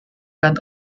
can